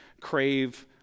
crave